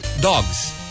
dogs